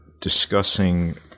discussing